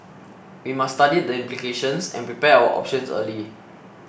we must study the implications and prepare our options early